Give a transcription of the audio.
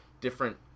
different